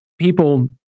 people